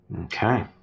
Okay